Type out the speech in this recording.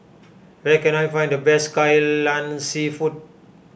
where can I find the best Kai Lan Seafood